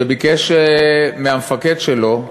שביקש מהמפקד שלו,